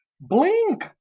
Blink